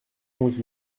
onze